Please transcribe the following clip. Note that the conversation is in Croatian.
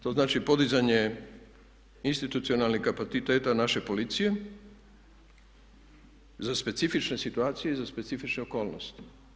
To znači podizanje institucionalnih kapaciteta naše policije za specifične situacije i za specifične okolnosti.